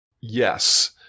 yes